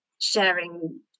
sharing